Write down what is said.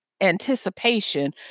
Anticipation